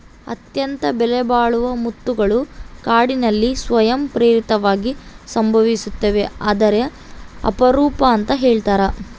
ಅತ್ಯಂತ ಬೆಲೆಬಾಳುವ ಮುತ್ತುಗಳು ಕಾಡಿನಲ್ಲಿ ಸ್ವಯಂ ಪ್ರೇರಿತವಾಗಿ ಸಂಭವಿಸ್ತವೆ ಆದರೆ ಅಪರೂಪ ಅಂತ ಹೇಳ್ತರ